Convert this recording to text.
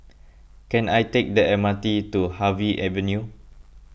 can I take the M R T to Harvey Avenue